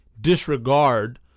disregard